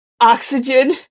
oxygen